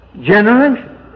generation